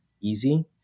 easy